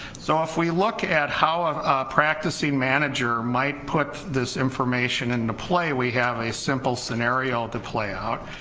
so if we look at how a practicing manager might put this information into play we have a simple scenario to play out,